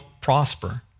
prosper